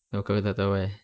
oh kau pun tak tahu eh